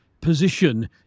position